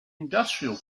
industrial